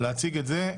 להציג את זה.